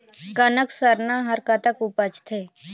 कनक सरना हर कतक उपजथे?